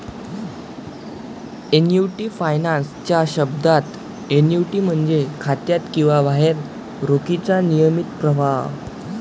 annuity finance च्या शब्दात, annuity म्हणजे खात्यात किंवा बाहेर रोखीचा नियमित प्रवाह